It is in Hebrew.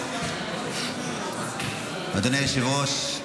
אדוני היושב-ראש,